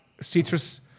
citrus